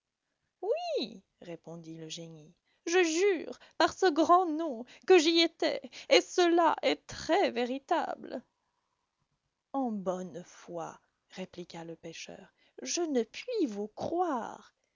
oui répondit le génie je jure par ce grand nom que j'y étais et cela est très véritable en bonne foi répliqua le pêcheur je ne puis vous croire